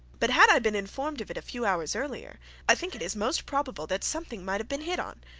but had i been informed of it a few hours earlier i think it is most probable that something might have been hit on.